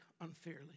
unfairly